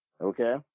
okay